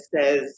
says